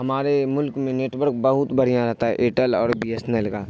ہمارے ملک میں نیٹ ورک بہت بڑھیا رہتا ہے ایئرٹیل اور بی ایس این ایل کا